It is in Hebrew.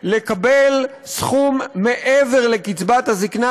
לקבל סכום מעבר לקצבת הזקנה,